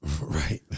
right